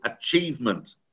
achievement